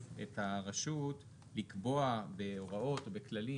את הרשות לניירות ערך לקבוע בהוראות או בכללים,